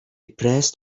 pressed